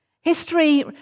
History